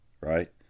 right